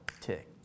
tick